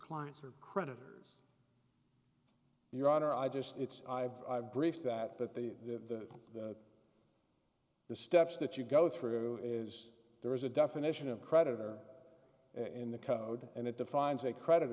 clients or creditors your honor i just it's i've briefed that that the the steps that you go through is there is a definition of creditor in the code and it defines a credit